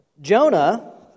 Jonah